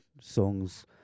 songs